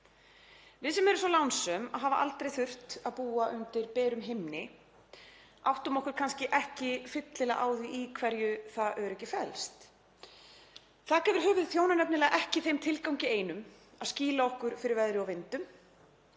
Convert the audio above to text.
Við sem erum svo lánsöm að hafa aldrei þurft að búa undir berum himni áttum okkur kannski ekki fyllilega á því í hverju það öryggi felst. Þak yfir höfuð þjónar nefnilega ekki þeim tilgangi einum að skýla okkur fyrir veðri og vindum.